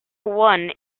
one